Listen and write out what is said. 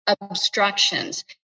obstructions